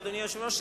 אדוני היושב-ראש,